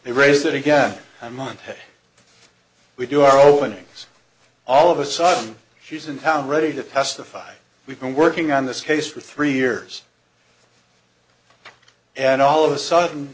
they raise it again i'm on we do our openings all of a sudden she's in town ready to testify we've been working on this case for three years and all of a sudden